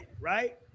right